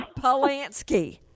Polanski